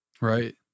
Right